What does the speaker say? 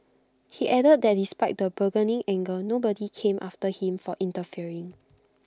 he added that despite the burgeoning anger nobody came after him for interfering